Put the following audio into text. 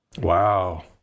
wow